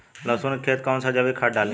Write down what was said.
लहसुन के खेत कौन सा जैविक खाद डाली?